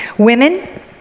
Women